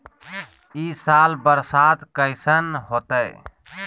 ई साल बरसात कैसन होतय?